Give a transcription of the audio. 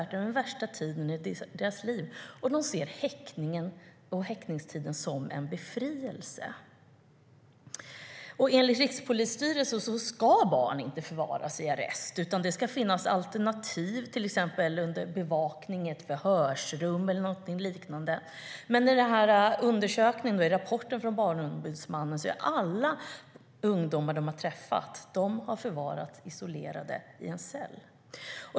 Det var den värsta tiden i deras liv. De ser häktningen och häktningstiden som en befrielse. Enligt Rikspolisstyrelsen ska inte barn förvaras i arrest. Det ska finnas alternativ, till exempel under bevakning i ett förhörsrum eller någonting liknande. Men i rapporten från Barnombudsmannen har alla ungdomar man har träffat förvarats isolerade i en cell.